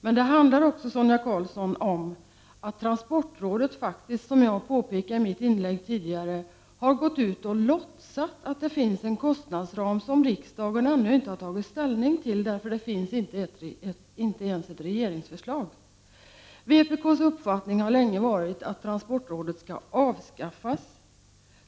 Men det handlar också, Sonia Karlsson, om att transportrådet faktiskt som jag påpekade i mitt inlägg har låtsats att det finns en kostnadsram. Men riksdagen har ännu inte antagit någon sådan därför att det inte ens finns ett förslag från regeringen. Vpk:s uppfattning har länge varit att transportrådet bör avskaffas.